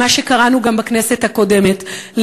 מה שקראנו גם בכנסת הקודמת,